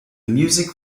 music